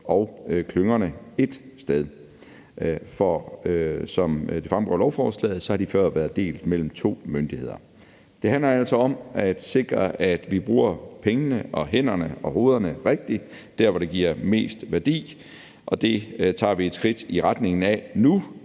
og klyngerne ét sted. For som det fremgår af lovforslaget, har de før været delt mellem to myndigheder. Det handler altså om at sikre, at vi bruger pengene og hænderne og hovederne rigtigt dér, hvor det giver mest værdi, og det tager i et skridt i retningen af nu,